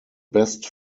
best